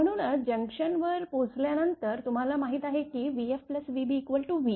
म्हणूनच जंक्शनवर पोहोचल्यानंतर तुम्हाला माहीत आहे की vfvb v